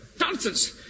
Nonsense